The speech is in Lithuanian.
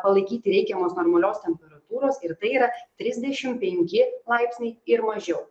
palaikyti reikiamos normalios temperatūros ir tai yra trisdešim penki laipsniai ir mažiau